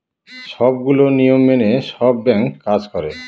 সবগুলো নিয়ম মেনে সব ব্যাঙ্ক কাজ করে